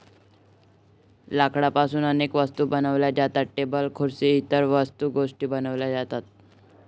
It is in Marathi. लाकडापासून अनेक वस्तू बनवल्या जातात, टेबल खुर्सी इतर गोष्टीं बनवल्या जातात